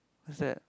what's that